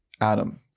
Adam